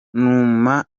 numa